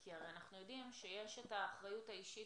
כי הרי אנחנו יודעים שיש את האחריות האישית,